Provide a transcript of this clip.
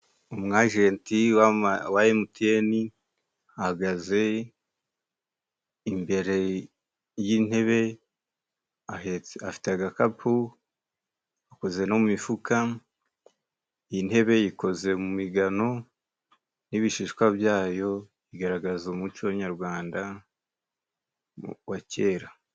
umwagenti wa emutiyeni ahagaze imbere y'intebe ahetse afite agakapu, akoze no mu mifuka. Iyi ntebe ikoze mu migano n'ibishishwa byayo, igaragaza umuco wa nyarwanda wa kera.